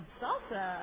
salsa